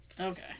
Okay